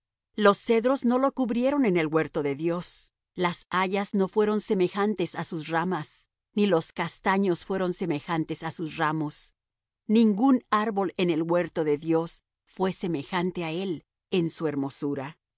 los cedros no lo cubrieron en el huerto de dios las hayas no fueron semejantes á sus ramas ni los castaños fueron semejantes á sus ramos ningún árbol en el huerto de dios fué semejante á él en su hermosura